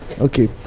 Okay